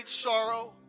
sorrow